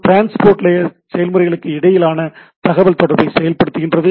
transport layer செயல்முறைகளுக்கு இடையேயான தகவல்தொடர்பை செயல்படுத்துகிறது